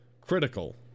critical